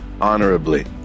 honorably